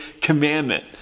commandment